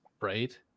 right